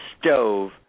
stove